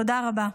תודה רבה.